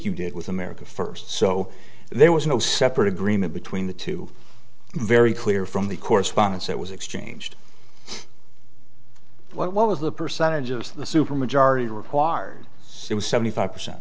you did with america first so there was no separate agreement between the two very clear from the correspondence that was exchanged what was the percentage of the super majority required so it was seventy five percent